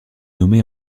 nommée